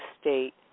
state